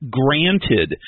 granted